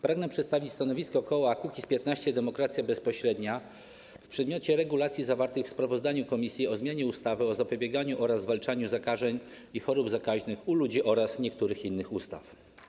Pragnę przedstawić stanowisko koła Kukiz’15 - Demokracja Bezpośrednia w przedmiocie regulacji zawartych w sprawozdaniu komisji dotyczącym zmiany ustawy o zapobieganiu oraz zwalczaniu zakażeń i chorób zakaźnych u ludzi oraz niektórych innych ustaw.